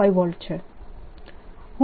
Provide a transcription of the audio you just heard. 225 V છે